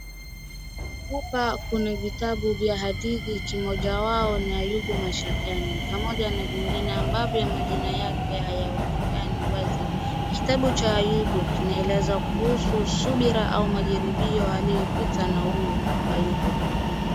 Hapa kuna vitabu vya hadithi kimoja wao ni Ayubu mashakani, pamoja na vingine ambavyo majina yake hayaonekani wazi. Kitabu cha Ayubu kinaeleza kuhusu subira au majiribio aliyopita na huyu Ayubu.